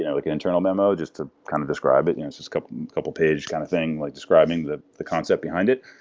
you know like an internal memo just ah kind of describe it. and it's just a couple of page kind of thing, like describing the the concept behind it.